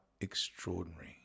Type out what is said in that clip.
extraordinary